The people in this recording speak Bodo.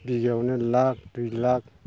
बिगायावनो लाख दुइ लाख